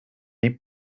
seda